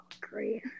great